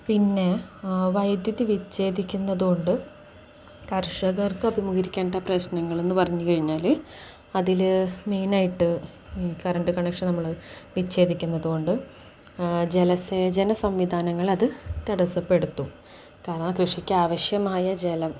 പിന്നെ വൈദ്യുതി വിച്ഛേദിക്കുന്നുന്നത് കൊണ്ട് കർഷകർക്ക് അഭിമുഖീകരിക്കേണ്ട പ്രശ്നങ്ങളെന്ന് പറഞ്ഞുകഴിഞ്ഞാല് അതില് മെയിനായിട്ട് ഈ കറൻറ്റ് കണക്ഷൻ നമ്മള് വിച്ഛേദിക്കുന്നത് കൊണ്ട് ജലസേചന സംവിധാനങ്ങളത് തടസ്സപ്പെടുത്തും കാരണം കൃഷിക്ക് ആവശ്യമായ ജലം